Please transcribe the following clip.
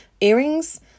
Earrings